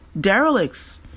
derelicts